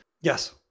Yes